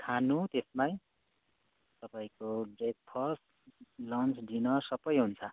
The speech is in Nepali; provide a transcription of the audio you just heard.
खानु त्यसमै तपाईँको ब्रेकफास्ट लन्च डिनर सबै हुन्छ